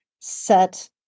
set